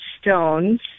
stones